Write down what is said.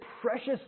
precious